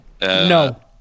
No